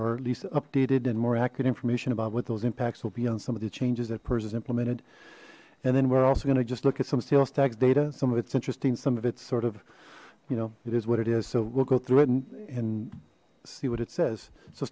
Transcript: or at least updated and more accurate information about what those impacts will be on some of the changes that pers is implemented and then we're also going to just look at some sales tax data some of its interesting some of its sort of you know it is what it is so we'll go through it and and see what it says so